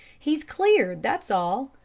he's cleared, that's all.